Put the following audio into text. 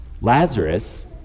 Lazarus